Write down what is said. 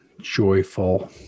joyful